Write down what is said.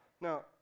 now